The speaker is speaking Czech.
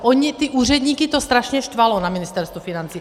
Ono to ty úředníky strašně štvalo na Ministerstvu financí.